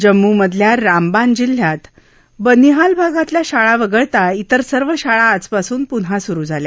जम्मूमधल्या रामबान जिल्ह्यात बनीहाल भागातल्या शाळा वगळता तिर सर्व शाळा आजपासून पुन्हा सुरु झाल्या